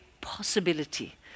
possibility